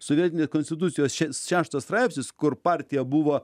sovietinėj konstitucijos šeš šeštas straipsnis kur partija buvo